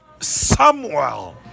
samuel